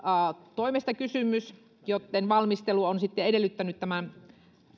toimesta kysymys joitten valmistelu on sitten edellyttänyt tämän